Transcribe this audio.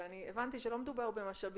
אני הבנתי שלא מדובר במשאבים